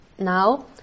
Now